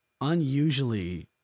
unusually